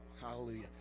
Hallelujah